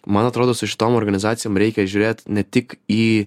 man atrodo su šitom organizacijom reikia žiūrėt ne tik į